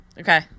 Okay